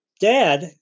dad